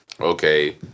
okay